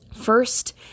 First